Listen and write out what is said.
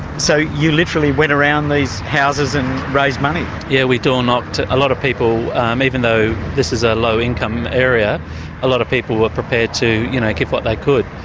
so you literally went around these houses and raised money? yeah, we doorknocked. a lot of people even though this is a low-income area a lot of people were prepared to you know give what they could.